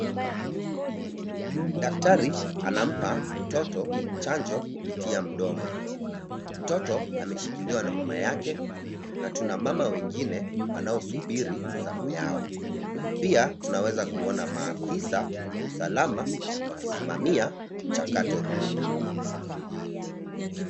Daktari anampa mtoto chanjo kupitia mdomo. Mtoto ameshikiliwa na mama yake na tuna mama wengine wanaosubiri zamu yao. Pia tunaweza kuona maafisa wa usalama wakisimamia mchakato huo.